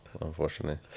unfortunately